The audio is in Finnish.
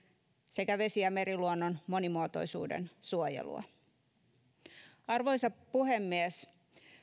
sekä vesi ja meriluonnon monimuotoisuuden suojelua arvoisa puhemies